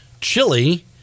chili